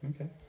Okay